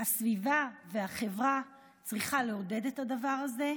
הסביבה והחברה צריכות לעודד את הדבר הזה,